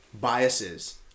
biases